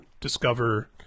discover